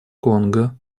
конго